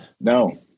No